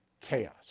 chaos